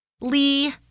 Lee